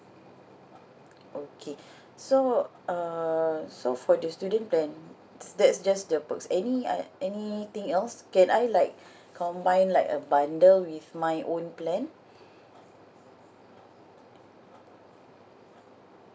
okay so uh so for the student plan that's just the perks any I anything else can I like combine like a bundle with my own plan